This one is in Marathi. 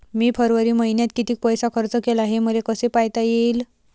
मी फरवरी मईन्यात कितीक पैसा खर्च केला, हे मले कसे पायता येईल?